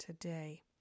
today